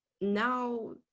now